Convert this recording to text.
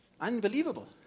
Unbelievable